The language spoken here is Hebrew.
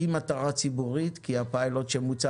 המטרה היא ציבורית כי הפיילוט שבוצע